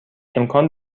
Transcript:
امکان